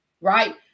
right